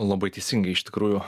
labai teisingai iš tikrųjų